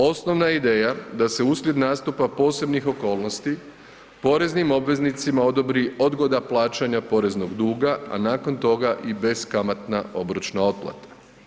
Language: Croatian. Osnovna je ideja da se uslijed nastupa posebnih okolnosti poreznim obveznicima odobri odgoda plaćanja poreznog duga, a nakon toga i beskamatna obročna otplata.